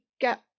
get